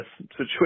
situation